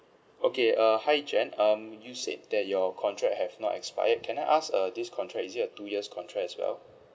okay uh hi jan um you said that your contract have not expired can I ask uh this contract is it a two years contract as well